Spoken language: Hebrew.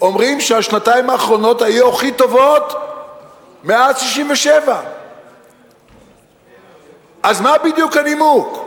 אומרים שהשנתיים האחרונות היו הכי טובות מאז 1967. אז מה בדיוק הנימוק?